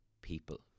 people